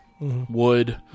Wood